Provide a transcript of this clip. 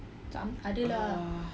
uh